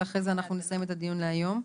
ואחרי זה נסיים את הדיון להיום.